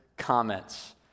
comments